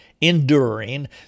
enduring